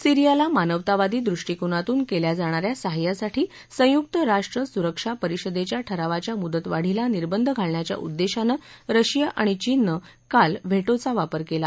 सिरीयाला मानवतावादी दृष्टीकोनातून केल्या जाणाऱ्या सहाय्यासाठी संयुक्त राष्ट्र सुरक्षा परिषदेच्या ठरावाच्या मुदतवाढीला निर्बंध घालण्याच्या उद्देशानं रशिया आणि चीननं काल व्हेपिया वापर केला